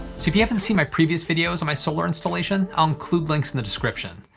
if you haven't seen my previous videos on my solar installation, i'll include links in the description.